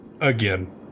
again